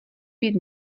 být